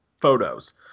photos